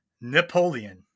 napoleon